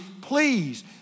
please